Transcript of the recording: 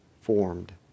formed